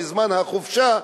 בזמן החופשה,